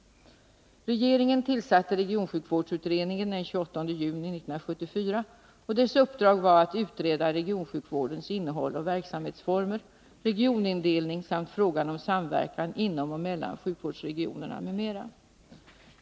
Regeringen tillsatte regionsjukvårdsutredningen den 28 juni 1974. Dess uppdrag var att utreda regionsjukvårdens innehåll och verksamhetsformer, regionindelning samt frågan om samverkan inom och mellan sjukvårdsregionerna m.m.